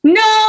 no